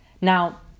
Now